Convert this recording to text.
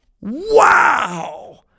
Wow